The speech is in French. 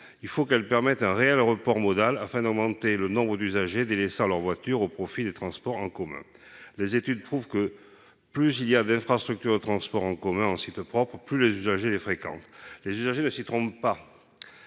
il faut qu'elle permette un réel report modal, afin d'augmenter le nombre d'usagers délaissant leur voiture au profit des transports en commun. Les études le prouvent, plus les infrastructures de transports en commun en site propre sont nombreuses, plus les usagers les fréquentent. Les usagers ne s'y trompent pas